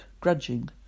grudging